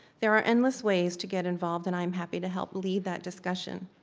there are endless ways to get involved, and i am happy to help lead that discussion.